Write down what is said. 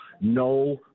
No